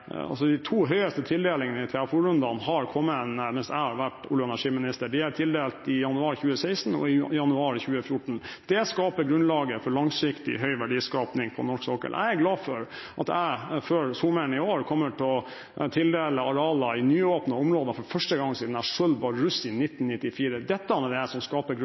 har kommet mens jeg har vært olje- og energiminister. Det ble tildelt i januar 2016 og i januar 2014. Det skaper grunnlaget for langsiktig, høy verdiskaping på norsk sokkel. Jeg er glad for at jeg før sommeren i år kommer til å tildele arealer i nyåpnede områder for første gang siden jeg selv var russ i 1994.Det er dette som skaper grunnlag for lønnsomme arbeidsplasser i Norge på lang sikt. Når det